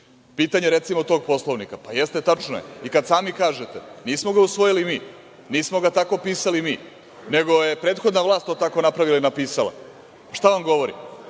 recimo, tog Poslovnika, pa jeste tačno je. I kada sami kažete - nismo ga usvojili mi, nismo ga tako pisali mi, nego je prethodna vlast to tako napravila i napisali, šta vam govori?